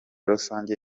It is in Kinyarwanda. rusangi